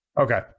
okay